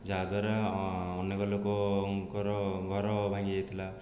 ଯାହାଦ୍ଵାରା ଅନେକ ଲୋକଙ୍କର ଘର ଭାଙ୍ଗିଯାଇଥିଲା